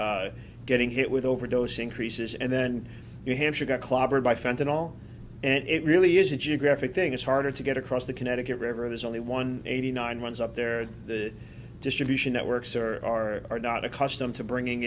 areas getting hit with overdose increases and then you hampshire got clobbered by fenton all and it really is a geographic thing it's harder to get across the connecticut river there's only one eighty nine runs up there the distribution networks are or are not accustomed to bringing